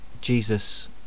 jesus